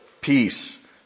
peace